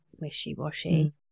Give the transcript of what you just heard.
wishy-washy